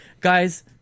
Guys